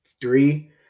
three